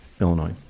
Illinois